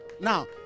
Now